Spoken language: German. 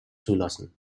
zulassen